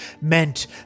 meant